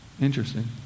Interesting